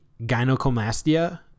gynecomastia